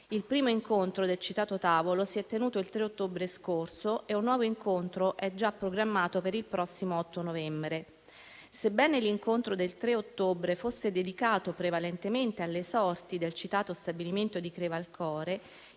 Il primo incontro del citato tavolo si è tenuto il 3 ottobre scorso e un nuovo incontro è già programmato per il prossimo 8 novembre. Sebbene l'incontro del 3 ottobre fosse dedicato prevalentemente alle sorti del citato stabilimento di Crevalcore,